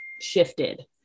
shifted